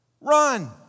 Run